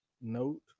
note